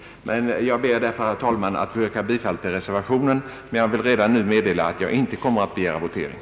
Jag ber därför, herr talman, att få yrka bifall till reservationen men vill redan nu meddela att jag inte kommer att begära votering.